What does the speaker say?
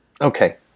Okay